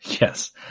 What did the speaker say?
Yes